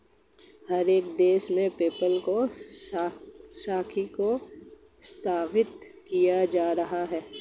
हर एक देश में पेपल की शाखा को स्थापित किया जा रहा है